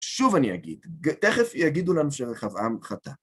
שוב אני אגיד, תכף יגידו לנו שרחבעם חטא.